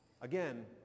Again